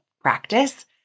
practice